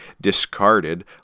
discarded